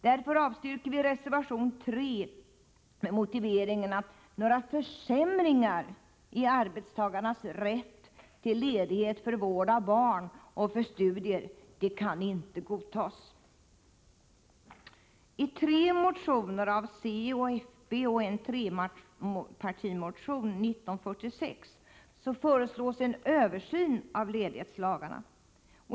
Därför avstyrker vi reservation 3 med motiveringen att några försämringar i arbetstagarnas rätt till ledighet för vård av barn och för studier inte kan godtas. I tre motioner — av c, av fp och i trepartimotionen 1946 — föreslås en översyn av ledighetslagarna.